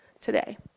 today